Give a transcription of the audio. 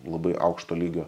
labai aukšto lygio